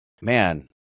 man